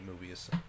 movies